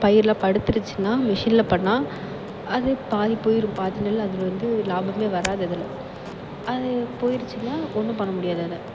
பயிரெலாம் படுத்திடுச்சின்னா மிஷின்ல பண்ணால் அது பாதி போயிடும் பாதி நெல் அதில் வந்து லாபத்திலே வராது அதில் அது போயிடுச்சுன்னா ஒன்றும் பண்ண முடியாது அதை